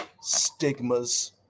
Stigmas